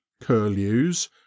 curlews